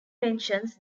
mentions